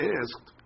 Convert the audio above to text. asked